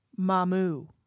Mamu